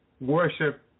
worship